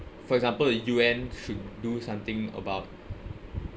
for example the U_N should do something about